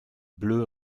bleue